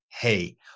hey